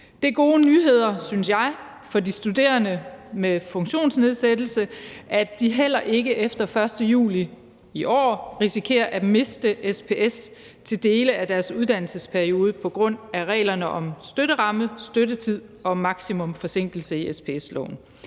er gode nyheder, synes jeg, for de studerende med funktionsnedsættelse, at de heller ikke efter den 1. juli i år risikerer at miste SPS til dele af deres uddannelsesperiode på grund af reglerne om støtteramme, støttetid og maksimal forsinkelse i SPS-loven